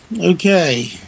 Okay